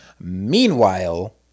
Meanwhile